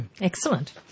excellent